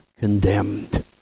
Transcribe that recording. condemned